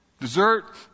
Dessert